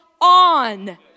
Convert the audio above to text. on